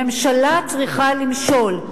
ממשלה צריכה למשול.